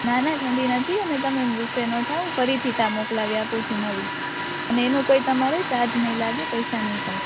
ના ના ઠંડી નથી અને તમે ગુસ્સે ન થાવ ફરી થી ચા મોકલાવી આપું છું નવી અને એનું કોઈ તમારે ચાર્જ નઇ લાગે પૈસા નઇ થાય